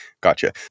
Gotcha